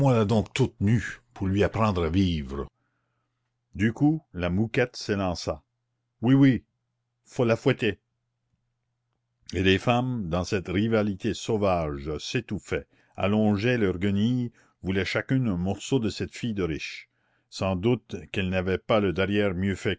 donc toute nue pour lui apprendre à vivre du coup la mouquette s'élança oui oui faut la fouetter et les femmes dans cette rivalité sauvage s'étouffaient allongeaient leurs guenilles voulaient chacune un morceau de cette fille de riche sans doute qu'elle n'avait pas le derrière mieux